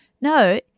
no